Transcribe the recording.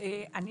אני